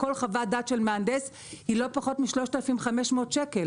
כל חוות דעת של מהנדס היא לא פחות מ-3,500 שקל.